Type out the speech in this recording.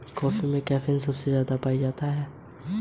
Fund transfer के लिए आवश्यक विवरण क्या हैं?